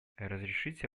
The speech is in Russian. разрешите